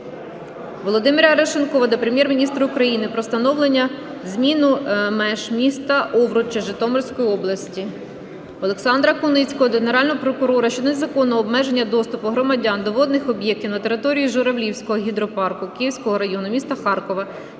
Володимира Арешонкова до Прем'єр-міністра України про встановлення (зміну) меж міста Овруча Житомирської області. Олександра Куницького до Генерального прокурора щодо незаконного обмеження доступу громадян до водних об'єктів на території Журавлівського гідропарку, Київського району міста Харкова,